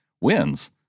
wins